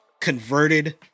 Converted